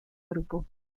grupo